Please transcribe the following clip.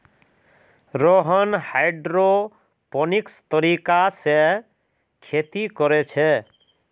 Rohan hydroponics तरीका से खेती कोरे छे